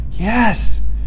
Yes